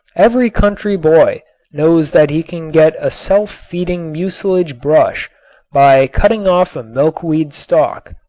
every country boy knows that he can get a self-feeding mucilage brush by cutting off a milkweed stalk.